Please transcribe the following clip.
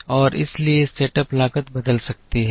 और इसलिए सेटअप लागत बदल सकती है